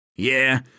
Yeah